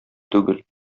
түгел